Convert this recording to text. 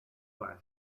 basc